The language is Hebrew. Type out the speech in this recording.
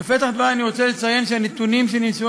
בפתח דברי אני רוצה לציין שהנתונים שנמסרו